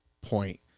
point